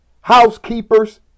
housekeepers